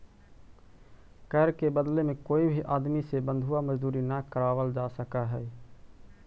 कर के बदले में कोई भी आदमी से बंधुआ मजदूरी न करावल जा सकऽ हई